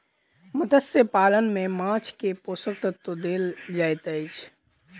मत्स्य पालन में माँछ के पोषक तत्व देल जाइत अछि